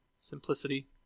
Simplicity